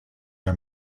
are